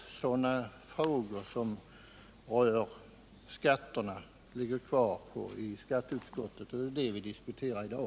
Endast den del av alkoholpolitiken som rör skatterna ligger kvar i skatteutskottet, och det är den delen som vi diskuterar i dag.